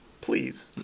Please